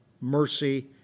mercy